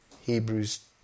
Hebrews